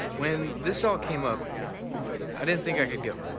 when this all came up i didn't think i could go.